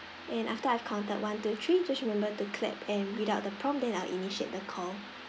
and after I've counted one two three just remember to clap and read out the prompt then I'll initiate the call